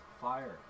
fire